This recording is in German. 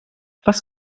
was